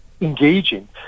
engaging